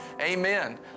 Amen